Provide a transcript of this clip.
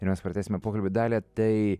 ir mes pratęsime pokalbį dalia tai